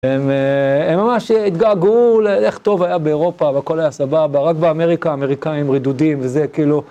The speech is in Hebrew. הם ממש התגעגעו לאיך טוב היה באירופה, והכל היה סבבה, רק באמריקה האמריקאים רדודים, וזה כאילו...